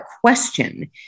question